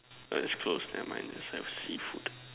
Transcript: alright it's close never mind let's find for seafood